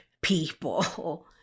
people